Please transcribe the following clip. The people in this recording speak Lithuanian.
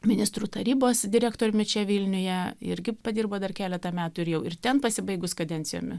ministrų tarybos direktoriumi čia vilniuje irgi padirbo dar keletą metų ir jau ir ten pasibaigus kadencijomi